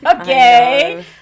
okay